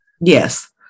Yes